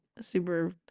super